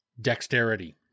dexterity